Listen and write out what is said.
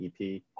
EP